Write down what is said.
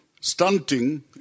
stunting